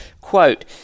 quote